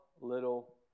little